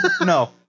No